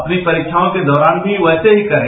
अपनी परिवासों के दौरान भी वैसे ही करें